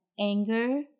anger